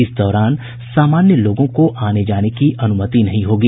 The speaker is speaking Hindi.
इस दौरान सामान्य लोगों को आने जाने की अनुमति नहीं होगी